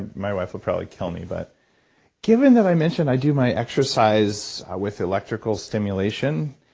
and my wife will probably kill me, but given that i mentioned i do my exercise with electrical stimulation,